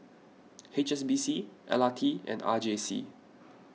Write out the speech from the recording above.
H S B C L R T and R J C